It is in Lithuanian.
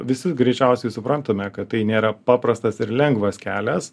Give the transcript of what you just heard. visi greičiausiai suprantame kad tai nėra paprastas ir lengvas kelias